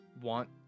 want